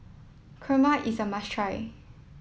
Kurma is a must try